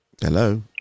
Hello